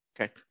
Okay